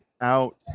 out